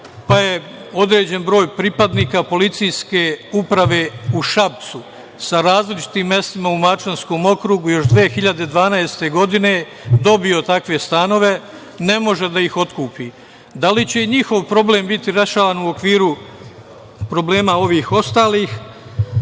pa je određen broj pripadnika Policijske uprave u Šapcu sa različitim mestima u Mačvanskom okrugu još 2012. godine dobio takve stanove, ne može da iz otkupi. Da li će njihov problem biti rešavan u okviru problema ovih ostalih? Ovde